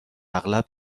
اغلب